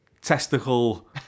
testicle